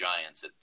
Giants